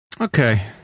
Okay